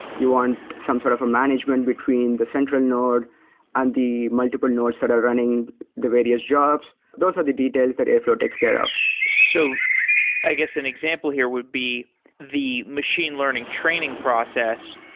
you want some sort of a management between the central node and the multiple nodes that are running the various jobs. those are the details that airflow takes care of. so i guess an example here would be the machine learning training process.